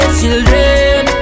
children